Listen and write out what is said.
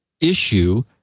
issue